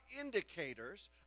indicators